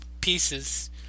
pieces